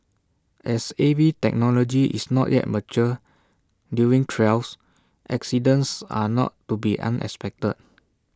as A V technology is not yet mature during trials accidents are not to be unexpected